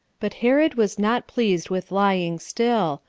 but herod was not pleased with lying still,